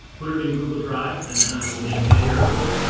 put it in google drive and then i will make a sharable,